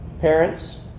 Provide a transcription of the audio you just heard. parents